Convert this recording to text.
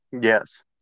Yes